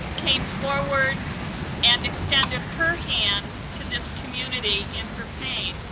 came forward and extended her hand to this community in her pain.